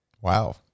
Wow